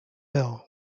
bell